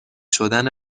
شدن